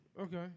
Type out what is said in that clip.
Okay